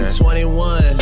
21